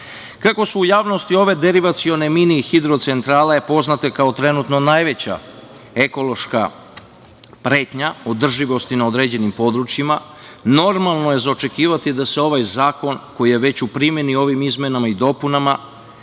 itd. Kako su u javnosti ove derivacione mini hidrocentrale poznate kao trenutno najveća ekološka pretnja održivosti na određenim područjima, normalno je za očekivati da se ovaj zakon, koji je veću primeni ovim izmenama i dopunama,